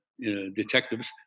Detectives